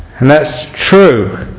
and that's true